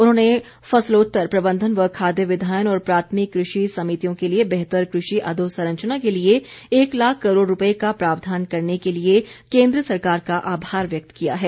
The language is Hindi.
उन्होंने फसलोत्तर प्रबंधन व खाद्य विधायन और प्राथमिक कृषि समितियों के लिए बेहतर कृषि अधोसंरचना के लिए एक लाख करोड़ रुपये का प्रावधान करने के लिए केंद्र सरकार का आभार व्यक्त किया है